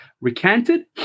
recanted